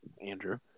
Andrew